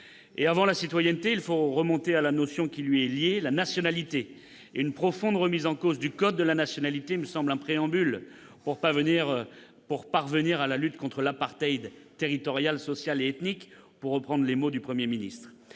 de parler de citoyenneté, il faut remonter à la notion qui lui est liée : la nationalité ! Une profonde remise en cause du code de la nationalité me semble un préambule nécessaire pour parvenir à lutter contre « l'apartheid territorial, social et ethnique », pour reprendre les mots du Premier ministre.